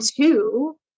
two